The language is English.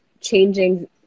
changing